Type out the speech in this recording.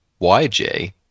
YJ